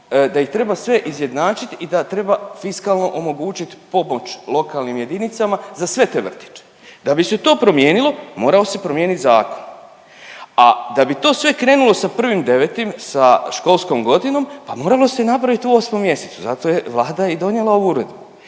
da ih treba sve izjednačit i da treba fiskalno omogućit pomoć lokalnim jedinicama za sve te vrtiće. Da bi se to promijenilo morao se promijeniti zakon a da bi to sve krenulo sa 1.9. sa školskom godinu pa moralo se i napravit u osmom mjesecu zato je Vlada i donijela ovu uredbu.